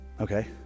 Okay